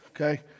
okay